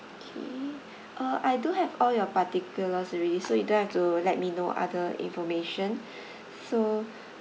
okay uh I do have all your particulars already so you don't have to let me know other information so